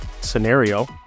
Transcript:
scenario